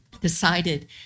decided